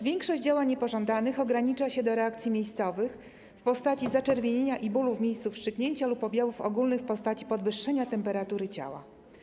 Większość działań niepożądanych ogranicza się do reakcji miejscowych w postaci zaczerwienienia i bólu w miejscu wstrzyknięcia lub objawów ogólnych w postaci podwyższenia temperatury ciała.